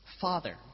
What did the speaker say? Father